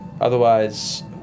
Otherwise